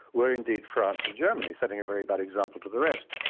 were indeed france and germany, setting a very bad example to the rest,